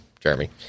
Jeremy